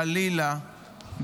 חלילה,